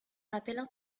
rappellent